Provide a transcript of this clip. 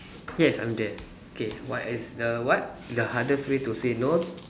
yes I'm there okay what is the what the hardest way to say no